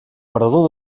parador